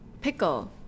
pickle